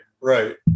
right